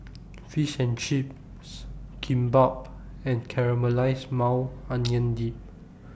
Fish and Chips Kimbap and Caramelized Maui Onion Dip